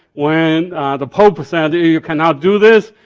when the pope said you cannot do this,